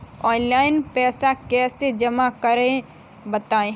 Online पैसा कैसे जमा करें बताएँ?